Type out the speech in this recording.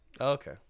Okay